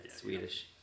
Swedish